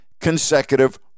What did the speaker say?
consecutive